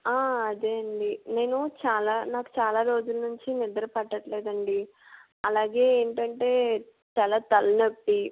అదే అండి నేను చాలా నాకు చాలా రోజుల నుంచి నిద్ర పట్టటం లేదు అండి అలాగే ఏంటంటే చాలా తలనొప్పి